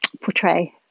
portray